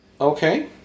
okay